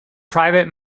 private